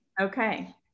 Okay